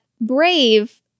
brave